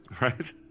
right